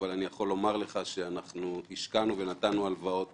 אבל אני יכול לומר לך שהשקענו ונתנו הלוואה